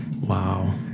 Wow